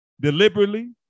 deliberately